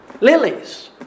Lilies